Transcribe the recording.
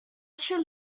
should